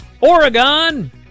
Oregon